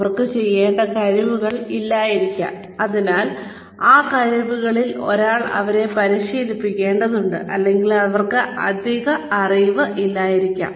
അവർക്ക് ചെയ്യേണ്ട കഴിവുകൾ ഇല്ലായിരിക്കാം അതിനാൽ ആ കഴിവുകളിൽ ഒരാൾ അവരെ പരിശീലിപ്പിക്കേണ്ടതുണ്ട് അല്ലെങ്കിൽ അവർക്ക് അധിക അറിവ് ഇല്ലായിരിക്കാം